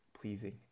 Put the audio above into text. pleasing